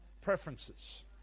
preferences